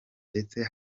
ndetse